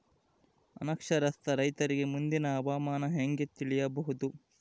ಅನಕ್ಷರಸ್ಥ ರೈತರಿಗೆ ಮುಂದಿನ ಹವಾಮಾನ ಹೆಂಗೆ ತಿಳಿಯಬಹುದು?